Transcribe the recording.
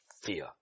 fear